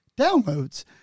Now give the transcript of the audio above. downloads